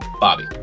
Bobby